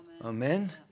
Amen